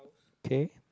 okay